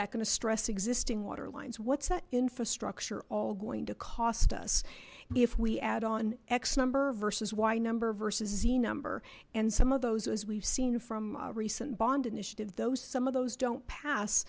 that going to stress existing water lines what's that infrastructure all going to cost us if we add on x number versus y number versus z number and some of those as we've seen from recent bond initiative those some of those don't pass